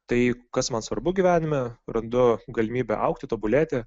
tai kas man svarbu gyvenime randu galimybę augti tobulėti